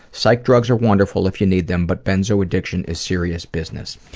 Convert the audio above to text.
psych drugs are wonderful if you need them, but benzo addiction is serious business.